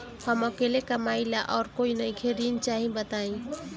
हम अकेले कमाई ला और कोई नइखे ऋण चाही बताई?